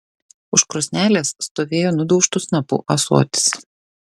už krosnelės stovėjo nudaužtu snapu ąsotis